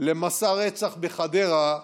למסע רצח בחדרה,